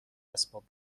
اسباب